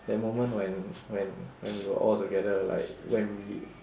that moment when when when we were all together like when we